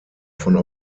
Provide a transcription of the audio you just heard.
von